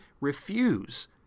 refuse